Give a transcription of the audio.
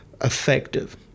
effective